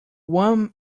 one